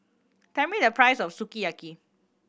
tell me the price of Sukiyaki